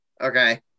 Okay